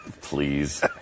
please